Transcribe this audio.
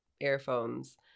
earphones